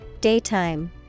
Daytime